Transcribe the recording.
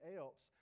else